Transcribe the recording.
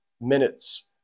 minutes